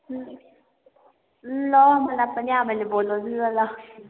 ल मलाई पनि आमाले बोलाउँदैन ल